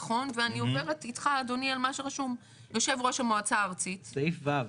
ואני עוברת איתך אדוני על מה שרשום סעיף ו'.